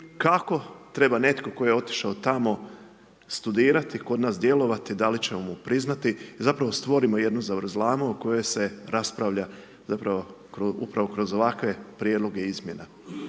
kako treba netko tko je otišao tamo studirati, kod nas djelovati, da li ćemo mu priznati i zapravo stvorimo jednu zavrzlamu o kojoj se raspravlja, upravo kroz ovakve prijedloge izmjena,